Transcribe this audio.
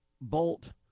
bolt